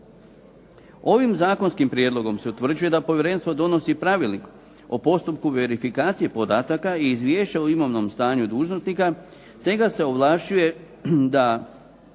Ovim zakonskim prijedlogom se utvrđuje da povjerenstvo donosi Pravilnik o postupku verifikacije podataka i izvješća o imovnom stanju dužnosnika te ga se ovlašćuje da